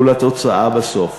ולתוצאה בסוף.